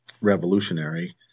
revolutionary